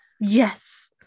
Yes